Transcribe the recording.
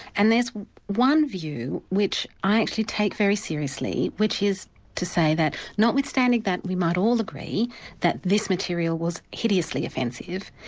and there's one view which i actually take very seriously, which is to say that notwithstanding that we might all agree that this material was hideously offensive.